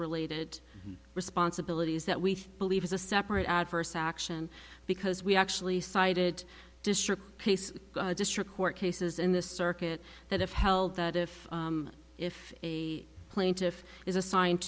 related responsibilities that we believe is a separate adverse action because we actually cited district case district court cases in the circuit that have held that if if a plaintiff is assigned